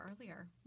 earlier